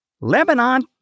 Lebanon